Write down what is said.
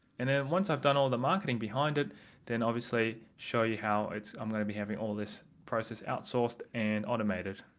and then once i've done all the marketing behind it then obviously show you how it's i'm going to be having all this process outsourced and automated